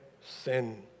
sin